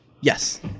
Yes